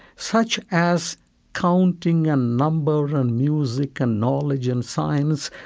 such as counting and number and music and knowledge and science,